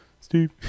Steve